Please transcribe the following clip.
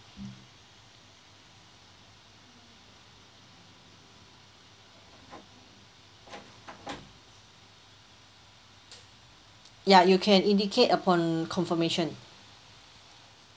ya you can indicate upon confirmation